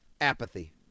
apathy